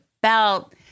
belt